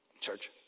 Church